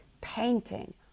painting